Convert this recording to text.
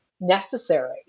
necessary